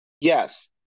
Yes